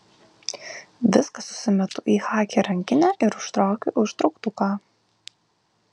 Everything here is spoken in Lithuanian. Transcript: viską susimetu į chaki rankinę ir užtraukiu užtrauktuką